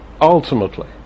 ultimately